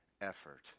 effort